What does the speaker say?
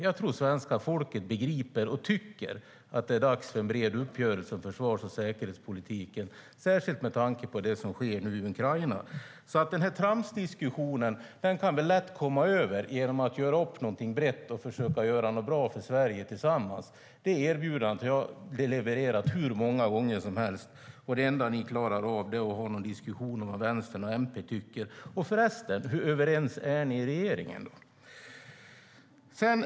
Jag tror att svenska folket begriper detta och tycker att det är dags för en bred uppgörelse om försvars och säkerhetspolitiken, särskilt med tanke på det som sker nu i Ukraina. Den här tramsdiskussionen kan vi lätt komma över genom att göra upp brett och försöka göra något bra för Sverige tillsammans. Det erbjudandet har jag levererat hur många gånger som helst, men det enda ni klarar av är att ha någon diskussion om vad Vänstern och MP tycker. Och förresten, hur överens är ni i regeringen?